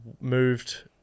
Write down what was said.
moved